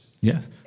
Yes